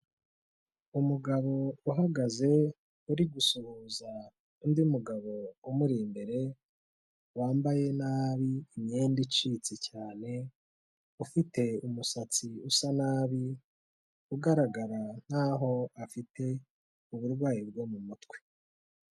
Umugabo uhagaze uri gusuhuza undi mugabo umur'imbere wambaye nabi imyenda icitse cyane, ufite umusatsi usa nabi ugaragara nk'aho afite uburwayi bwo mu mutwe.